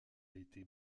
été